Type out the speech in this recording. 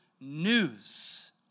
news